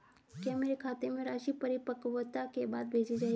क्या मेरे खाते में राशि परिपक्वता के बाद भेजी जाएगी?